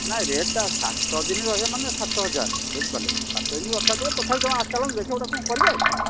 ନାଇଁ ରେଟ୍ଟା ସାତ ଦିନ ରହିବା ମାନେ ସାତ ହଜାର ବୁଝିପାରିଲେ ସାତ ଦିନ ଅର୍ଥାତ୍ତେ ତଥାପି ଆପଣ ଆସ ଚାଲନ୍ତୁ ଦେଖିବା ଗୋଟେ କ'ଣ କରିବା ଆଉ କ'ଣ